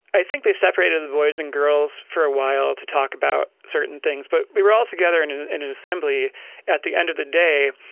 i think they separated the boys and girls for a while to talk about certain things, but we were all together and in in an assembly at the end of the day,